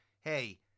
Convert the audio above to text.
Hey